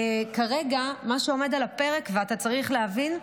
וכרגע מה שעומד על הפרק, אתה צריך להבין,